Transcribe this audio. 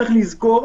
צריך לזכור